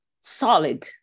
solid